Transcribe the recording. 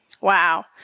Wow